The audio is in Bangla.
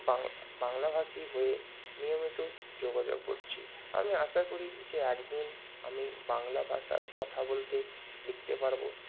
বাং বাংলাভাষী হয়ে নিয়মিত যোগাযোগ করছি আমি আশা করি যে একদিন আমি বাংলা ভাষার কথা বলতে লিখতে পারব